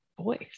voice